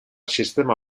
sistema